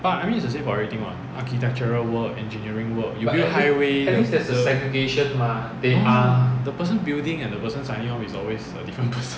but I think it's it's the same for everything [what] architectural work engineering work you build highway no the person building and the person signing off is always a different person